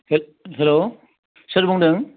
hello सोर बुंदों